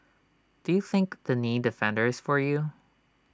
do you think the knee defender is for you